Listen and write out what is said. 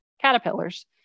caterpillars